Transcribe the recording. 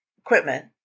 equipment